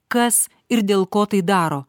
kas ir dėl ko tai daro